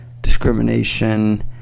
discrimination